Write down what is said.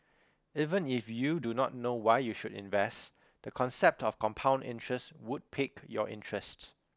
even if you do not know why you should invest the concept of compound interest would pique your interest